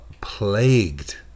plagued